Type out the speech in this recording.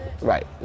right